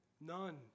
none